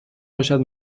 باشد